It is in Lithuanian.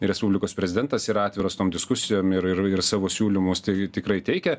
ir respublikos prezidentas yra atviras tom diskusijom ir ir ir savo siūlymus tai tikrai teikia